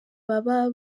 baba